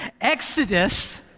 Exodus